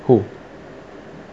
who